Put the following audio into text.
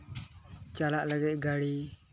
ᱪᱟᱞᱟᱜ ᱞᱟᱹᱜᱤᱫ ᱜᱟᱹᱲᱤ